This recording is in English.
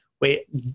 wait